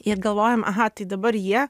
ir galvojam aha tai dabar jie